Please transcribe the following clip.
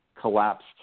collapsed